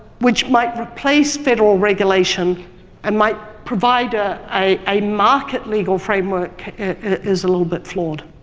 which might replace federal regulation and might provide ah a a market legal framework, is a little bit flawed.